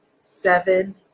Seven